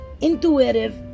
intuitive